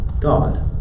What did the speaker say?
God